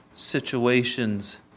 Situations